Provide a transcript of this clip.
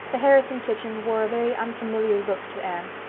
the harrison kitchen wore a very unfamiliar look to anne.